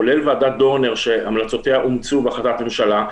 כולל ועדת דורנר שהמלצותיה אומצו בהחלטת ממשלה,